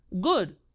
good